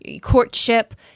courtship